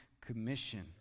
commission